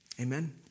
Amen